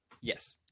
yes